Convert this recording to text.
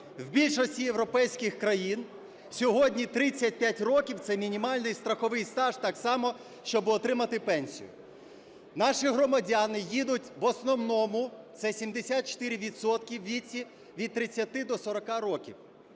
В більшості європейських країн сьогодні 35 років – це мінімальний страховий стаж так само, щоб отримати пенсію. Наші громадяни їдуть, в основному це 74 відсотки у віці від 30 до 40 років.